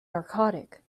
narcotic